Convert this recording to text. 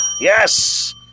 yes